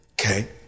Okay